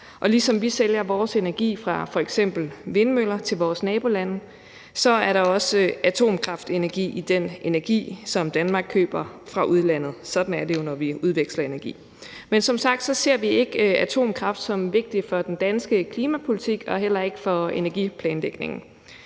ligesom vi sælger vores energi fra f.eks. vindmøller til vores nabolande, er der også atomkraftenergi i den energi, som Danmark køber fra udlandet; sådan er det jo, når vi udveksler energi. Men som sagt ser vi ikke atomkraft som vigtig for den danske klimapolitik og heller ikke for energiplanlægningen.